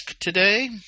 today